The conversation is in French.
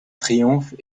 triomphe